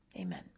Amen